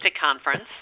Conference